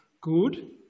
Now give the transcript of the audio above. good